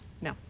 No